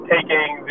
taking